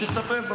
צריך לטפל בו,